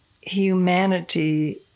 humanity